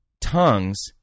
tongues